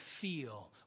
feel